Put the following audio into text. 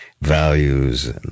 values